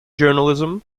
journalism